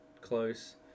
close